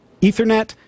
Ethernet